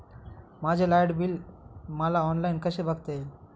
माझे light bill मला online कसे बघता येईल?